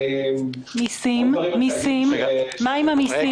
מה עם המיסים?